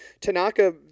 Tanaka –